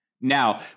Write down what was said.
now